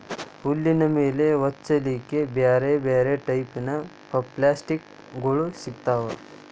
ಹುಲ್ಲಿನ ಮೇಲೆ ಹೊಚ್ಚಲಿಕ್ಕೆ ಬ್ಯಾರ್ ಬ್ಯಾರೆ ಟೈಪಿನ ಪಪ್ಲಾಸ್ಟಿಕ್ ಗೋಳು ಸಿಗ್ತಾವ